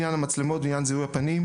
עניין המצלמות ועניין זיהוי הפנים,